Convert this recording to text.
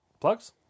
plugs